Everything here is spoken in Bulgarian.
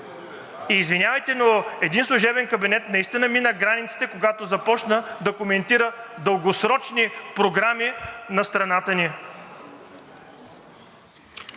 Извинявайте, но един служебен кабинет наистина мина границите, когато започна да коментира дългосрочни програми на страната ни.